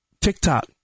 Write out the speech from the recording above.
TikTok